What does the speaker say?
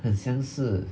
很像是